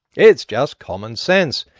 it's just common sense!